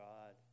God